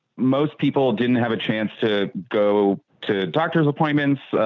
most people didn't have a chance to go to doctor's appointments.